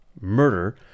murder